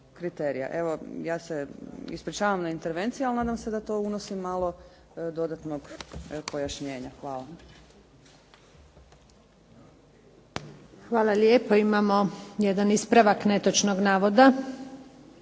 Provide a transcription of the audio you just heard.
kriterija. Evo ja se ispričavam na intervenciji ali ja se nadam da to unosi malo dodatnog pojašnjenja. **Antunović, Željka (SDP)** Hvala lijepa. Imamo jedan ispravak netočnog navoda.